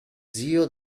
zio